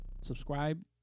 subscribe